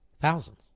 Thousands